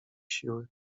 siły